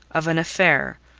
of an affair,